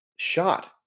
shot